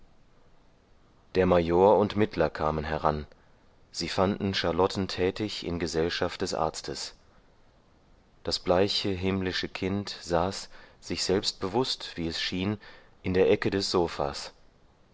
der major und mittler kamen heran sie fanden charlotten tätig in gesellschaft des arztes das bleiche himmlische kind saß sich selbst bewußt wie es schien in der ecke des sofas